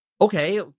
Okay